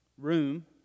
room